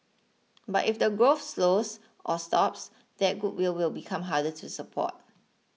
but if the growth slows or stops that goodwill will become harder to support